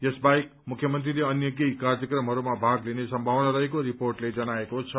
यो बाहेक मुख्यमन्त्रीले अन्य केही कार्यक्रमहरूमा भाग लिने सम्मावना रहेको रिपोर्टले जनाएको छ